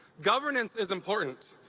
governance is important,